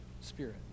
spirit